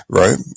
right